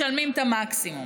משלמים את המקסימום.